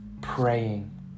praying